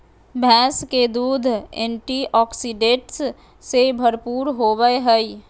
भैंस के दूध एंटीऑक्सीडेंट्स से भरपूर होबय हइ